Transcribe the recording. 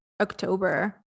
october